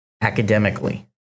Academically